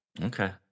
Okay